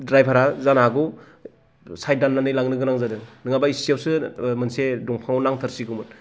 द्रायभारा जानो हागौ साइद दाननानै लांनो गोनां जादों नङाबा इसेआवसो मोनसे दंफांआव नांथारसिगौमोन